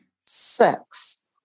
sex